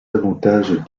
avantages